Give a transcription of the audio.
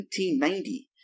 1990